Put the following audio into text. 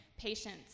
patience